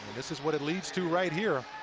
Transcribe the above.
this is what it leads to right here.